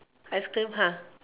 ice cream ah